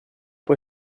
può